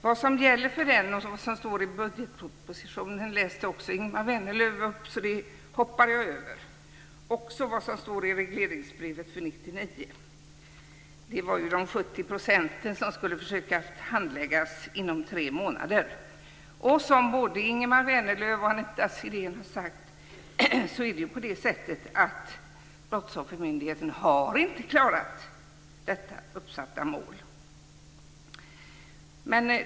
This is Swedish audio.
Vad som gäller för den och vad som står i budgetpropositionen läste Ingemar Vänerlöv också upp. Det hoppar jag därför över. Det gäller också vad som står i regleringsbrevet för år 1999. Det var de 70 % av ärendena som man skulle försöka handlägga inom tre månader. Som både Ingemar Vänerlöv och Anita Sidén har sagt har Brottsoffermyndigheten inte klarat det uppsatta målet.